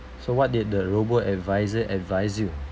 so what did the robo-advisor advised you